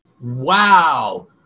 Wow